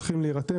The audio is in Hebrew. הם צריכים להירתם,